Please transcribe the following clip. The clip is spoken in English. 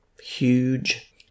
huge